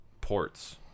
ports